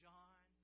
John